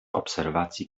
obserwacji